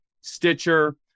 stitcher